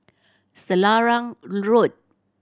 Selarang Road